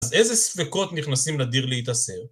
אז איזה ספקות נכנסים לדיר להתאסר?